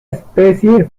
especie